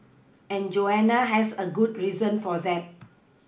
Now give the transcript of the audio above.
and Joanna has a good reason for that